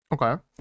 okay